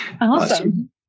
Awesome